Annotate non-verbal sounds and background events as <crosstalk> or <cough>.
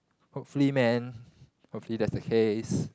hopefully man <breath> hopefully that's the case